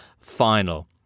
final